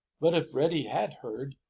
but if reddy had heard,